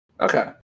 Okay